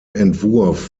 entwurf